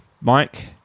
Mike